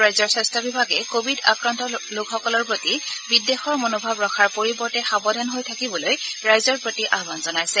ৰাজ্যৰ স্বাস্থ্য বিভাগে কোৱিড আক্ৰান্ত লোকসকলৰ প্ৰতি বিদ্বেষৰ মনোভাৱ ৰখাৰ পৰিৱৰ্তে সাৱধান হৈ থাকিবলৈ ৰাইজৰ প্ৰতি আহান জনাইছে